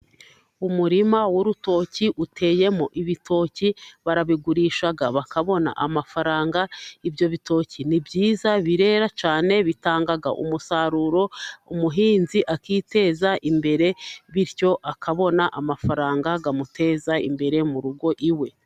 Umurima w'urutoki uteyemo ibitoki， barabigurisha bakabona amafaranga， ibyo bitoki ni byiza， birera cyane， bitanga umusaruro， umuhinzi akiteza imbere， bityo akabona amafaranga，amuteza imbere mu rugo iwe.